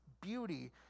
beauty